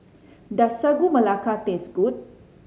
does Sagu Melaka taste good